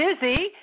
Busy